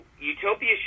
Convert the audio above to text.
Utopia